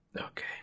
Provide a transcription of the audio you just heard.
Okay